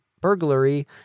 burglary